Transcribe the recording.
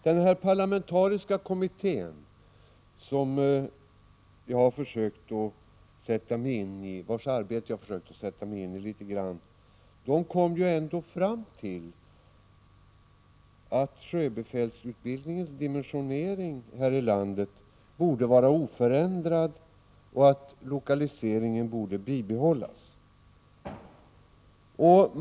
Den parlamentariska kommittén, vars arbete jag har försökt att sätta mig in i litet grand, kom fram till att sjöbefälsutbildningens dimensionering här i landet borde vara oförändrad och att lokaliseringen borde bibehållas.